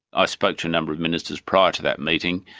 ah spoke to a number of ministers prior to that meeting,